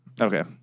Okay